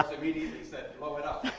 ah immediately said blow it up